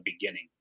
beginning